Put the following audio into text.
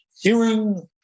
hearing